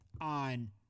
on